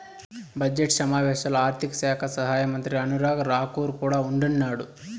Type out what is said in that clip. budget సమావేశాల్లో ఆర్థిక శాఖ సహాయమంత్రి అనురాగ్ రాకూర్ కూడా ఉండిన్నాడు